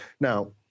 Now